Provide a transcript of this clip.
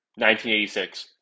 1986